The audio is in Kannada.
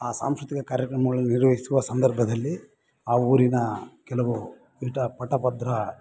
ಆ ಸಾಂಸ್ಕೃತಿಕ ಕಾರ್ಯಕ್ರಮಗಳನ್ನು ನಿರ್ವಹಿಸುವ ಸಂದರ್ಭದಲ್ಲಿ ಆ ಊರಿನ ಕೆಲವು ಇಟ ಪಟ ಬದ್ರಾ